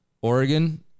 Oregon